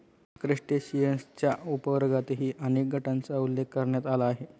क्रस्टेशियन्सच्या उपवर्गांतर्गतही अनेक गटांचा उल्लेख करण्यात आला आहे